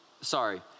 sorry